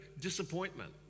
disappointment